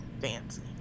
Fancy